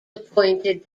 appointed